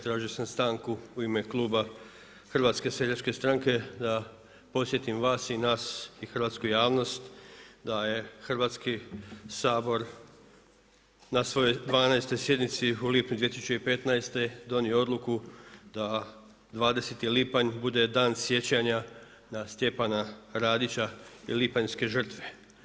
Tražio sam stanku u ime Kluba HNS-a da podsjetim vas i nas i hrvatsku javnost da je Hrvatski sabor na svojoj 12. sjednici u lipnju 2015. donio Odluku da 20. lipanj bude Dan sjećanja na Stjepana Radića i lipanjske žrtve.